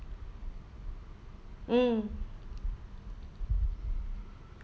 mm